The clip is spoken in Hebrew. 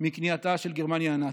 מכניעתה של גרמניה הנאצית.